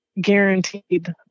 guaranteed